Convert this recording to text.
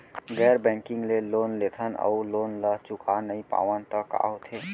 गैर बैंकिंग ले लोन लेथन अऊ लोन ल चुका नहीं पावन त का होथे?